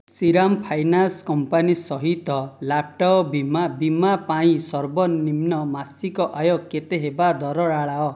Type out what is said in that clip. Shriram finance company ସହିତ laptop ବୀମା ବୀମା ପାଇଁ ସର୍ବନିମ୍ନ ମାସିକ ଆୟ କେତେ ହେବା ଦରକାର